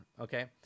Okay